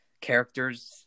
characters